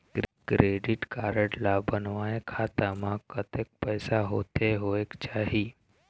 Credit card ला बनवाए खाता मा कतक पैसा होथे होएक चाही?